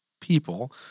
people